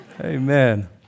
Amen